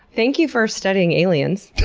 thank you for studying aliens.